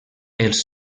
els